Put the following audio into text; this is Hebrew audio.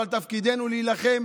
אבל תפקידנו להילחם